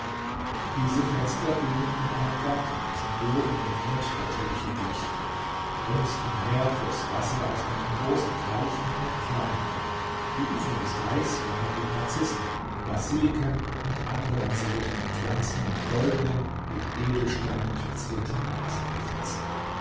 diese fenster gingen in einen garten dessen boden dem grund der teppiche glich rings umher floß wasser aus einem großen teich in einen kleineren die ufer des teichs waren mit narzissen basiliken und anderen seltenen pflanzen in goldenen mit edelsteinen verzierten vasen besetzt